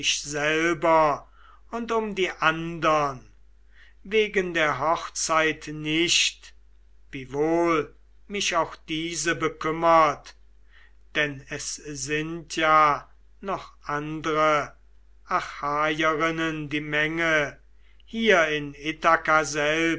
selber und um die andern wegen der hochzeit nicht wiewohl mich auch diese bekümmert denn es sind ja noch andre achaierinnen die menge hier in